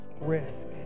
risk